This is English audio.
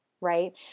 right